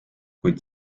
kuid